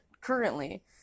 currently